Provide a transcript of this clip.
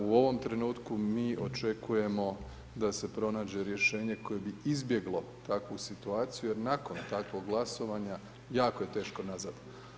U ovom trenutku mi očekujemo da se pronađe rješenje koje bi izbjeglo takvu situaciju jer nakon takvog glasovanja jako je teško nazad.